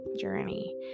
journey